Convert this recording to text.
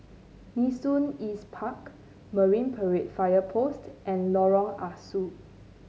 Nee Soon East Park Marine Parade Fire Post and Lorong Ah Soo